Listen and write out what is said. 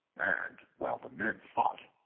and while the men fought,